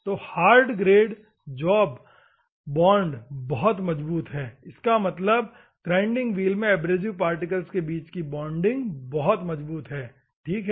तो hard great job bond बहुत मजबूत है इसका मतलब ग्राइंडिंग व्हील में एब्रेसिव पार्टिकल्स के बीच बॉन्डिंग बहुत मजबूत है ठीक है